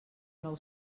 nou